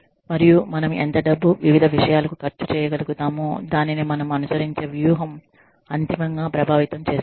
మరియు మనం ఎంత డబ్బు వివిధ విషయాలకు ఖర్చు చేయగలుగుతామో దానిని మనం అనుసరించే వ్యూహం అంతిమంగా ప్రభావితం చేస్తుంది